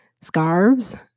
scarves